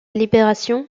libération